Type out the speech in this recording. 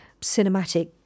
cinematic